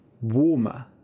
warmer